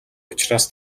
учраас